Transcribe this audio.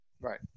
Right